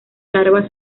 larvas